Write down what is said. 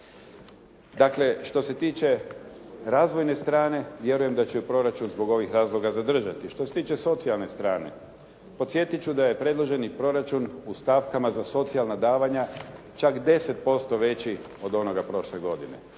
Dakle što se tiče razvojne strane, vjerujem da će proračun zbog ovih razloga zadržati. Što se tiče socijalne strane, podsjetiti ću da je predloženi proračun u stavkama za socijalna davanja čak 10% veći od onoga prošle godine.